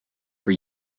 for